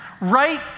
right